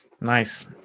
Nice